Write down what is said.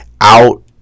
Out